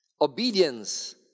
Obedience